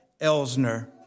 Elsner